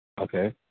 Okay